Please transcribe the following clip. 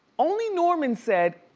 only norman said,